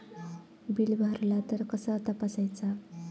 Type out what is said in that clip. Bill भरला तर कसा तपसायचा?